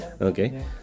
Okay